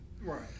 Right